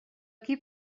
qui